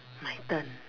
my turn